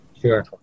Sure